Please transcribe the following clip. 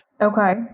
Okay